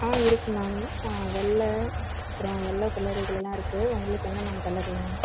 ஆ இருக்குது மேம் வெள்ளை அப்புறம் எல்லோ கலர் இதுலெலாம் இருக்குது உங்களுக்கு என்ன மேம் கலர் வேணும்